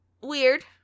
weird